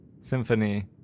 symphony